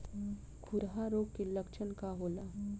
खुरहा रोग के लक्षण का होला?